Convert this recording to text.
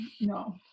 no